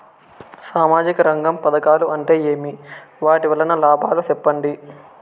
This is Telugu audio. సామాజిక రంగం పథకాలు అంటే ఏమి? వాటి వలన లాభాలు సెప్పండి?